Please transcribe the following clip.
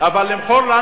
אבל למכור לנו,